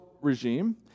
regime